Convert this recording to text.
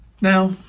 Now